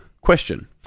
question